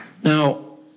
Now